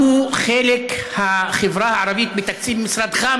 1. מהו חלק החברה הערבית בתקציב משרדך,